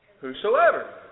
whosoever